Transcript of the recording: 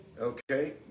Okay